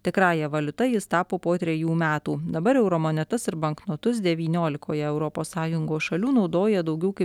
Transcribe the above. tikrąja valiuta jis tapo po trejų metų dabar euromonetas ir banknotus devyniolikoje europos sąjungos šalių naudoja daugiau kaip